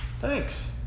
Thanks